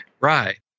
Right